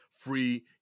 free